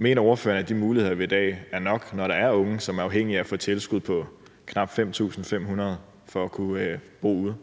Mener ordføreren, at de muligheder, der er i dag, er nok, når der er unge, som er afhængige af at få tilskud på knap 5.500 kr. for at kunne bo ude?